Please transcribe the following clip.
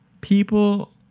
people